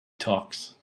talks